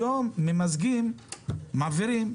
היום מעבירים,